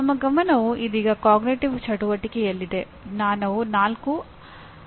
ಆದ್ದರಿಂದ ಇದು ಅವರು ಪರಿಗಣಿಸುವ ಪ್ರಕಾರ ಉತ್ತಮ ಎಂಜಿನಿಯರ್ನ ಗುಣಲಕ್ಷಣಗಳ ಸಾರಾಂಶವಾಗಿದೆ